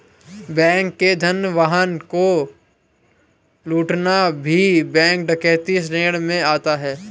bank के धन वाहन को लूटना भी बैंक डकैती श्रेणी में आता है